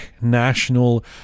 national